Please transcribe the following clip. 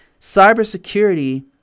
Cybersecurity